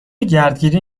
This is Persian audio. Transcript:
گردگیری